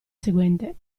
seguente